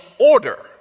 order